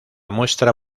muestra